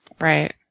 Right